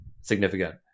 significant